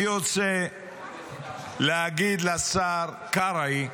אני רוצה להגיד לשר קרעי: